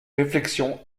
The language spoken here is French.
réflexion